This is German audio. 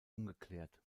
ungeklärt